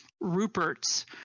Rupert's